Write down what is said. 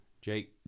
Jake